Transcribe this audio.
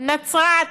נצרת,